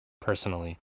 personally